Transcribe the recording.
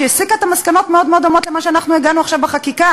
שהסיקה מסקנות מאוד מאוד דומות למה שאנחנו הגענו אליו עכשיו בחקיקה.